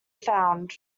found